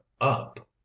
up